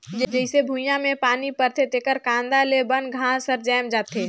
जईसे भुइयां में पानी परथे तेकर कांदा ले बन घास हर जायम जाथे